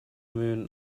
moon